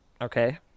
okay